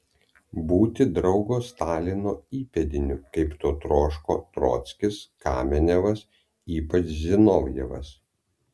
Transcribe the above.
būti draugo stalino įpėdiniu kaip to troško trockis kamenevas ypač zinovjevas